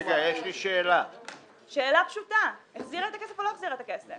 זו שאלה פשוטה: החזירה את הכסף או לא החזירה את הכסף?